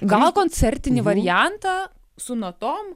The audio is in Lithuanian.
gal koncertinį variantą su natom